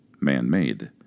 man-made